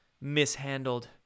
mishandled